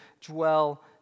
dwell